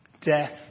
Death